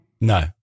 No